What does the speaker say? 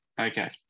okay